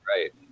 right